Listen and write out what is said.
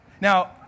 Now